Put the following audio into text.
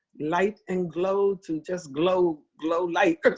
light and glow to just glow glow light.